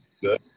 Good